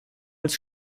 als